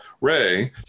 Ray